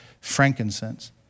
frankincense